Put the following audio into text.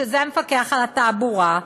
שזה המפקח על התעבורה,